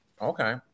Okay